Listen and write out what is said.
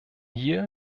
hier